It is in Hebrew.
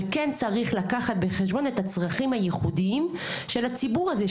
אבל כן צריך לקחת בחשבון את הצרכים הייחודיים של הציבור הזה,